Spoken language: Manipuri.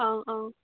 ꯑꯥꯥꯥ ꯑꯥ